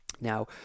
Now